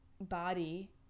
body